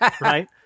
right